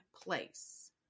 place